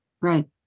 Right